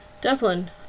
Devlin